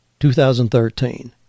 2013